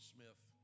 Smith